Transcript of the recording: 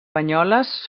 banyoles